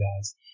guys